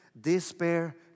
despair